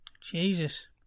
Jesus